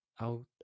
Out